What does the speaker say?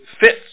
fits